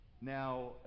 Now